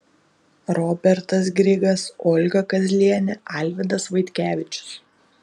robertas grigas olga kazlienė alvydas vaitkevičius